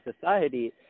society